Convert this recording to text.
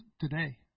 today